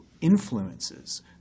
influences